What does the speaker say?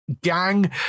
gang